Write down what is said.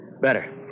Better